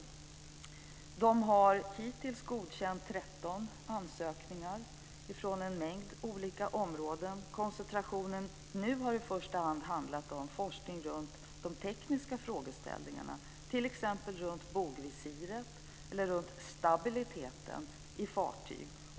Verket har hittills godkänt 13 ansökningar för en mängd olika områden. Koncentrationen nu har i första hand handlat om forskning runt de tekniska frågeställningarna, t.ex. om bogvisiret eller stabiliteten i fartyg.